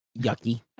yucky